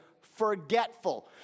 forgetful